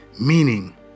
meaning